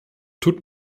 tut